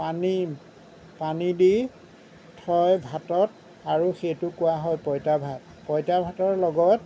পানী পানী দি থয় ভাতত আৰু সেইটো কোৱা হয় পইতা ভাত পইতা ভাতৰ লগত